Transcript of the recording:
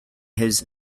his